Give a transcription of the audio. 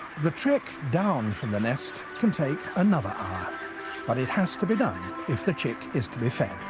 the trek down from the nest can take another ah but it has to be done if the chick is to be fed.